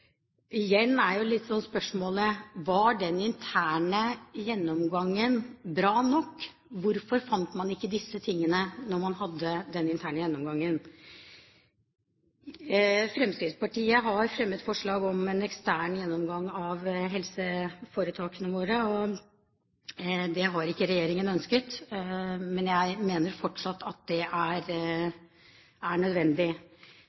Igjen er jo spørsmålet: Var den interne gjennomgangen bra nok? Hvorfor fant man ikke disse tingene da man hadde den interne gjennomgangen? Fremskrittspartiet har fremmet forslag om en ekstern gjennomgang av helseforetakene våre. Det har ikke regjeringen ønsket, men jeg mener fortsatt at det er nødvendig.